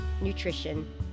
nutrition